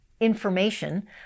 information